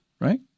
right